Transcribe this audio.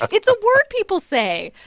it's a word people say